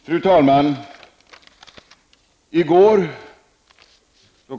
Herr talman! I går kl.